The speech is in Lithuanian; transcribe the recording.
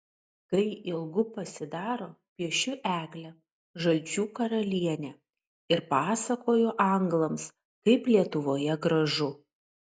kai ilgu pasidaro piešiu eglę žalčių karalienę ir pasakoju anglams kaip lietuvoje gražu